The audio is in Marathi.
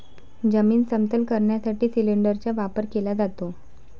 जमीन समतल करण्यासाठी सिलिंडरचा वापर केला जातो